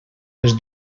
les